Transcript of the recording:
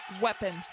weapon